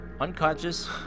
unconscious